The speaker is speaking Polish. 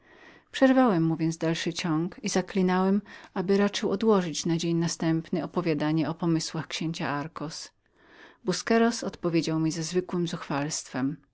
przerwałem mu więc dalszy ciąg i zaklinałem aby raczył odłożyć na jutro uwiadomienie mnie o zamiarach księcia darcos busqueros odpowiedział mi ze zwykłem